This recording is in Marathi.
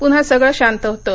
पुन्हा सगळं शांत होतं